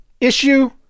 issue